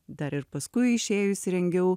dar ir paskui išėjusi rengiau